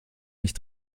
nicht